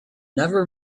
never